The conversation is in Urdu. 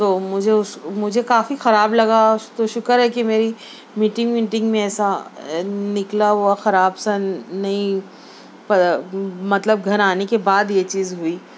تو مجھے اس مجھے کافی خراب لگا تو شکر ہے کہ میری میٹنگ ویٹنگ میں ایسا نکلا ہوا خراب سا نہیں مطلب گھر آنے کے بعد یہ چیز ہوئی